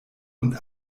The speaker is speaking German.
und